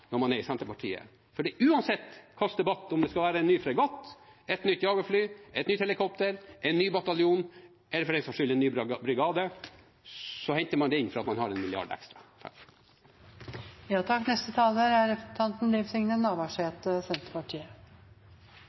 når man er i Senterpartiet. For uansett debatt, om det er en ny fregatt, et nytt jagerfly, et nytt helikopter, en ny bataljon, eller for den saks skyld en ny brigade, så henter man det inn fordi man har en milliard ekstra. Statsråden gjer eit poeng av å prøve å harselere med at Senterpartiet